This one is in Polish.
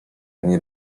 ani